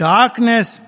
Darkness